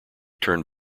turned